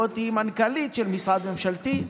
בואי תהיי מנכ"לית של משרד ממשלתי.